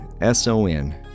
S-O-N